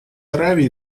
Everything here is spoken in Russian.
аравии